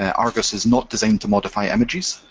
ah argos is not designed to modify images,